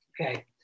Okay